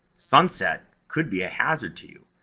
sunset could be a hazard to you.